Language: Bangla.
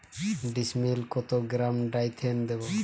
ডিস্মেলে কত গ্রাম ডাইথেন দেবো?